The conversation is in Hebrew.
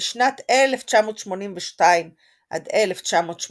משנת 1982 עד 1986